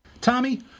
Tommy